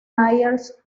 myers